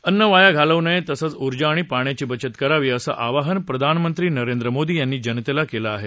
अन्न वाया घालवू नये तसंच उर्जा आणि पाण्याची बचत करावी असं आवाहन प्रधानमंत्री नरेंद्र मोदी यांनी जनतेला केलं आहे